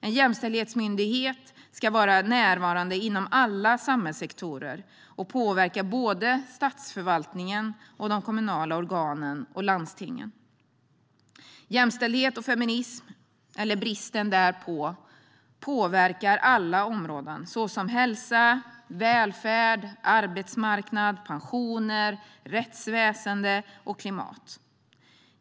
En jämställdhetsmyndighet ska vara närvarande inom alla samhällssektorer och påverka både statsförvaltningen och de kommunala organen och landstingen. Jämställdhet och feminism, eller bristen på det, påverkar alla områden, såsom hälsa, välfärd, arbetsmarknad, pensioner, rättsväsen och klimat.